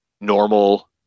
normal